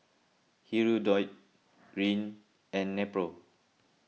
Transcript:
Hirudoid Rene and Nepro